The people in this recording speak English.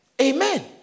Amen